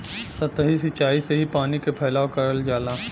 सतही सिचाई से ही पानी क फैलाव करल जाला